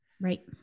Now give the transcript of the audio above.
Right